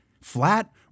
Flat